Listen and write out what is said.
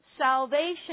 salvation